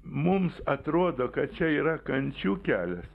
mums atrodo kad čia yra kančių kelias